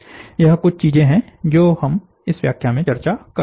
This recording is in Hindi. यह कुछ चीजें हैं जो हम इस व्याख्यान में चर्चा कर चुके हैं